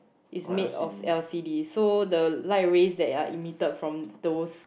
is made of L_C_D so the light rays that are emitted from those